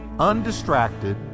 undistracted